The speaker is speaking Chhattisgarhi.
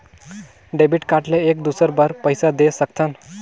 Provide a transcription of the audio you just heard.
डेबिट कारड ले एक दुसर बार पइसा दे सकथन?